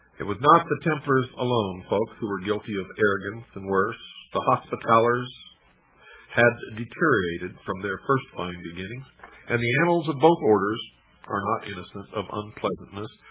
it was not the templars alone who were guilty of arrogance and worse. the hospitallers had deteriorated from their first fine beginnings and the annals of both orders are not innocent of unpleasantness,